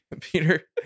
Peter